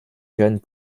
jeunes